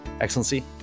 Excellency